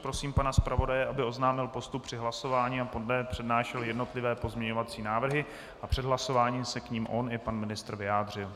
Prosím pana zpravodaje, aby oznámil postup při hlasování a poté přednášel jednotlivé pozměňovací návrhy a před hlasováním se k nim on i pan ministr vyjádřil.